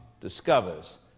discovers